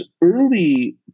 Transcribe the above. early